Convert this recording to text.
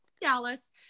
Dallas